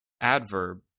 adverb